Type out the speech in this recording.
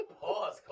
Pause